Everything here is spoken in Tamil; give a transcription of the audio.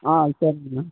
ஆ சரிங் மேம்